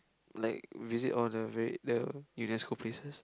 like visit all the very the UNESCO places